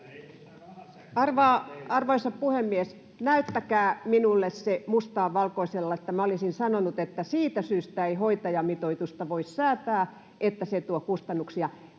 Arvoisa puhemies! Näyttäkää minulle se mustaa valkoisella, että minä olisin sanonut, että siitä syystä ei hoitajamitoitusta voi säätää, että se tuo kustannuksia.